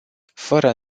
fără